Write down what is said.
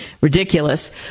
Ridiculous